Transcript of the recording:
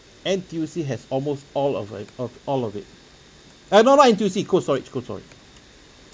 N_T_U_C has almost all of it of all of it eh no not N_T_U_C cold storage cold storage